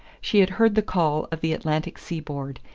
she had heard the call of the atlantic seaboard,